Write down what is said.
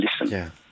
listen